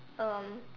um